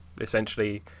essentially